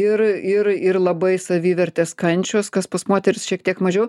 ir ir ir ir labai savivertės kančios kas pas moteris šiek tiek mažiau